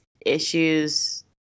issues